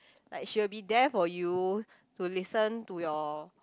like she will be there for you to listen to your